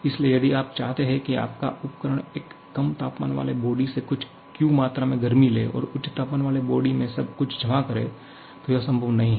इसलिए यदि आप चाहते हैं कि आपका उपकरण इस कम तापमान वाले बॉडी से कुछ Q मात्रा में गर्मी ले और उच्च तापमान वाले बॉडी में सब कुछ जमा करे तो यह संभव नहीं है